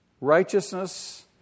righteousness